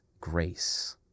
grace